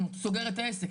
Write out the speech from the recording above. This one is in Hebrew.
סוגר את העסק,